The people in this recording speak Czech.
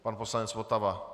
Pan poslanec Votava.